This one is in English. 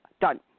Done